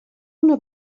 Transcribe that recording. una